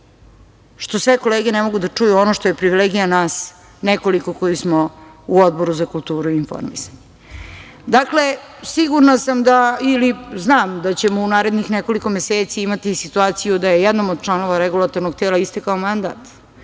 što sve kolege ne mogu da čuju ono što je privilegija nas nekoliko koji smo u Odboru za kulturu i informisanje. Dakle, sigurna sam da ćemo u narednih nekoliko meseci imati situaciju da je jednom od članova Regulatornog tela istekao mandat